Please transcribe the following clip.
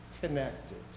connected